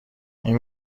این